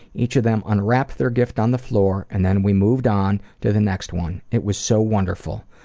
each of them unwrapped their gift on the floor and then we moved on to the next one. it was so wonderful!